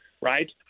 right